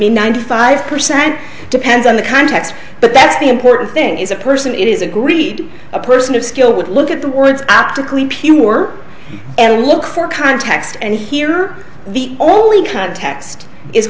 be ninety five percent depends on the context but that's the important thing is a person it is agreed a person of skill would look at the words optically pure and look for context and here are the only context is